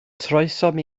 troesom